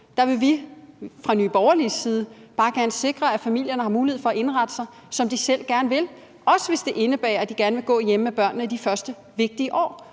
Der vil vi fra Nye Borgerliges side bare gerne sikre, at familierne har mulighed for at indrette sig, som de selv gerne vil, også hvis det indebærer, at de gerne vil gå hjemme med børnene de første vigtige år.